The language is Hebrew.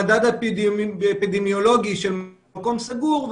במדד אפידמיולוגי שווה.